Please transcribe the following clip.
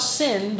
sin